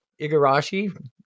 Igarashi